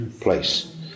place